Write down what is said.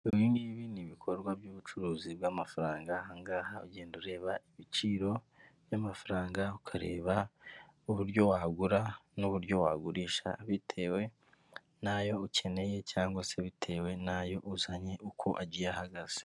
Ibingibi ni ibikorwa by'ubucuruzi bw'amafaranga ahangaha ugenda ureba ibiciro by'amafaranga ukareba uburyo wagura n'uburyo wagurisha bitewe n'ayo ukeneye cyangwa se bitewe n'ayo uzanye uko agiye ahagaze.